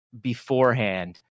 beforehand